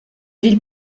villes